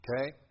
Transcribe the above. okay